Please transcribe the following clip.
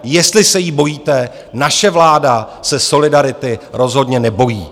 Jestli se jí bojíte, naše vláda se solidarity rozhodně nebojí.